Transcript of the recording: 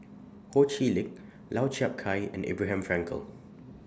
Ho Chee Lick Lau Chiap Khai and Abraham Frankel